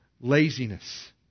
laziness